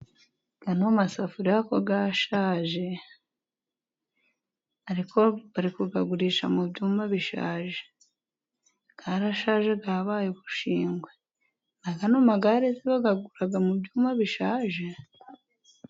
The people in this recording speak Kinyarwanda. Aya masafuriya ko yashaje ? Ariko, barimo kuyagurisha mu byuma bishaje. Arashaje , yabaye ubushingwe . N'aya magare se,d did bayagura byuma bishaje ?